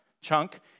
chunk